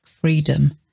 freedom